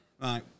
right